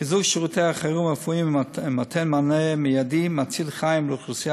חיזוק שירותי החירום הרפואיים ומתן מענה מיידי מציל חיים לאוכלוסייה